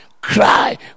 cry